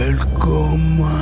Welcome